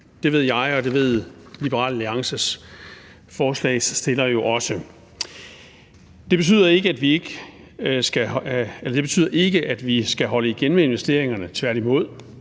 Det ved jeg, og det ved Liberal Alliances forslagsstillere jo også. Det betyder ikke, at vi skal holde igen med investeringerne, tværtimod,